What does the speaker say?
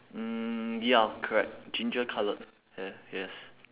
mm ya correct ginger coloured hair yes